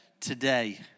today